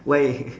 why